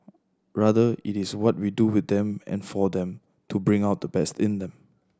rather it is what we do with them and for them to bring out the best in them